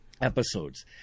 episodes